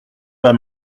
bas